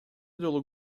жолу